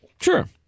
Sure